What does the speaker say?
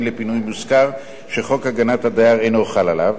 פסק-דין לפינוי מושכר שחוק הגנת הדייר אינו חל עליו.